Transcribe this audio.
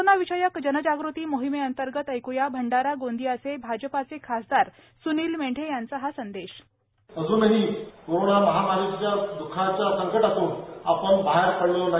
corona विषयक जनजागृती मोहिमेअंतर्गत एक्या भंडारा गोंदियाचे भाजपाचे खासदार सुनील मेढे यांचा संदेश बाईट अजूनही कोरोना महामारीचा द्ःखाचा संकटातून आपण बाहेर पडलो नाही